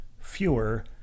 fewer